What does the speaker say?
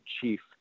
chief